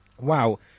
Wow